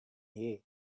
hair